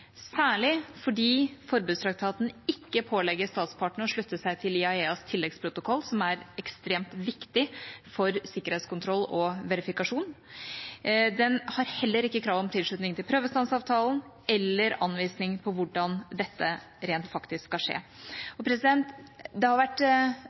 særlig fordi forbudstraktaten ikke pålegger statspartene å slutte seg til IAEAs tilleggsprotokoll, som er ekstremt viktig for sikkerhetskontroll og verifikasjon. Den har heller ikke krav om tilslutning til prøvestansavtalen eller anvisning for hvordan dette rent faktisk skal